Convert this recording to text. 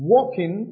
Walking